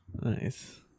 Nice